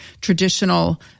traditional